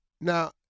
Now